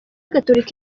gatolika